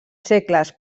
segles